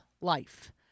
life